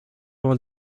vingt